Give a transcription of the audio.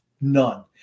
None